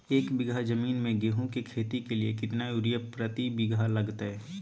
एक बिघा जमीन में गेहूं के खेती के लिए कितना यूरिया प्रति बीघा लगतय?